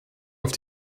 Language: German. auf